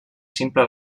simple